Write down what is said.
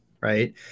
right